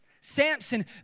Samson